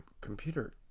computer